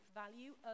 value